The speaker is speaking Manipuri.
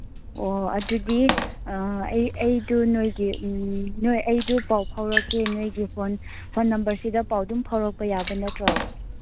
ꯑꯣ ꯑꯗꯨꯗꯤ ꯑꯩ ꯑꯩꯗꯨ ꯅꯣꯏꯒꯤ ꯅꯣꯏ ꯑꯩꯗꯨ ꯄꯥꯎ ꯐꯥꯎꯔꯛꯀꯦ ꯅꯣꯏꯒꯤ ꯐꯣꯟ ꯐꯣꯟ ꯅꯝꯕꯔ ꯁꯤꯗ ꯄꯥꯎ ꯑꯗꯨꯝ ꯐꯥꯎꯔꯛꯄ ꯌꯥꯕ ꯅꯠꯇ꯭ꯔꯣ